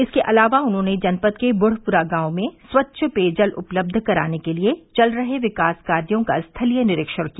इसके अलावा उन्होंने जनपद के बुढ़पुरा गांव में स्वच्छ पेय जल उपलब्ध कराने के लिए चल रहे विकास कार्यो का स्थलीय निरीक्षण किया